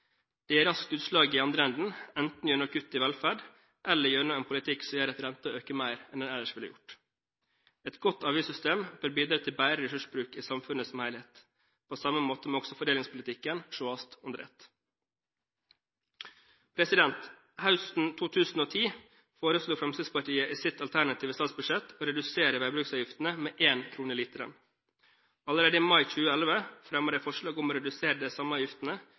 Det gir raskt utslag i den andre enden, enten gjennom kutt i velferd eller gjennom en politikk som gjør at renten øker mer enn den ellers ville ha gjort. Et godt avgiftssystem bør bidra til bedre ressursbruk i samfunnet som helhet. På samme måte må også fordelingspolitikken ses under ett. Høsten 2010 foreslo Fremskrittspartiet i sitt alternative statsbudsjett å redusere veibruksavgiftene med en krone literen. Allerede i mai 2011 fremmet de forslag om å redusere de samme avgiftene